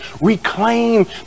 reclaim